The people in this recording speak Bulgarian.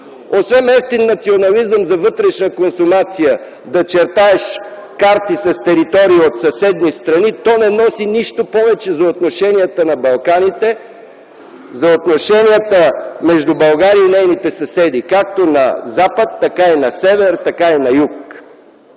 Освен евтин национализъм за вътрешна консумация - да чертаеш карти с територии от съседни страни, то не носи нищо повече за отношенията на Балканите, за отношенията между България и нейните съседи, както на запад, така и на север, така и на юг.